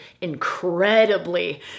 incredibly